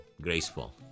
graceful